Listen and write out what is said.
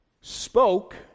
spoke